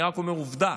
אני רק אומר, עובדה